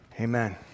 amen